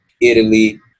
Italy